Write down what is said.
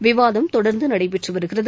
விவாதம் தொடர்ந்து நடைபெற்று வருகிறது